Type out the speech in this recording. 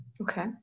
Okay